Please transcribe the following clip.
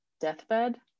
Deathbed